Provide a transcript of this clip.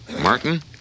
Martin